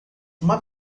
uma